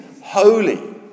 holy